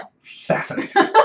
fascinating